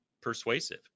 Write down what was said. Persuasive